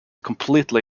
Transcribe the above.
completely